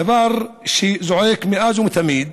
דבר שזועק מאז ומתמיד: